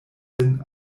sin